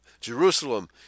Jerusalem